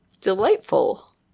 Delightful